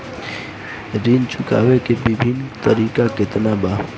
ऋण चुकावे के विभिन्न तरीका केतना बा?